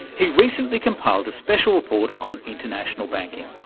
he recently compiled a special report on international banking.